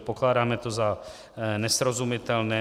Pokládáme to za nesrozumitelné.